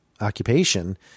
occupation